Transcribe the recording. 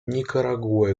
никарагуа